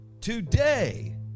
today